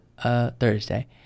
Thursday